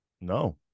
No